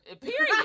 Period